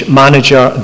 manager